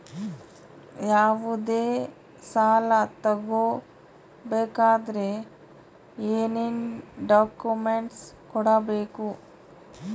ಯಾವುದೇ ಸಾಲ ತಗೊ ಬೇಕಾದ್ರೆ ಏನೇನ್ ಡಾಕ್ಯೂಮೆಂಟ್ಸ್ ಕೊಡಬೇಕು?